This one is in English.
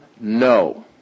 no